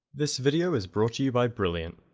this video is brought to you by brilliant.